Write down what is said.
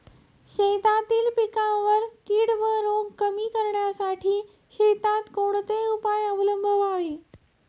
शेतातील पिकांवरील कीड व रोग कमी करण्यासाठी शेतात कोणते उपाय अवलंबावे?